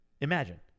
Imagine